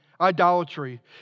idolatry